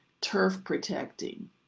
turf-protecting